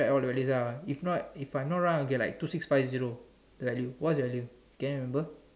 like all the values lah if not if I am not wrong okay like two six five zero the value what is the value can you remember